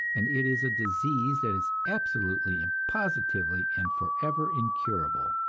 and it is a disease that is absolutely and positively and forever incurable.